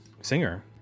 singer